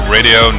Radio